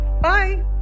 bye